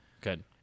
Good